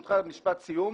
ברשותך משפט סיום.